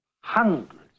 Hundreds